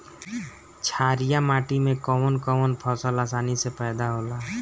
छारिया माटी मे कवन कवन फसल आसानी से पैदा होला?